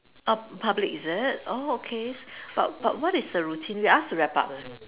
oh public is it oh okays but but what is the routine you ask to wrap up ah